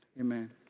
amen